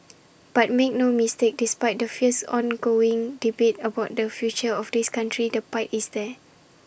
but make no mistake despite the fierce ongoing debate about the future of this country the pride is there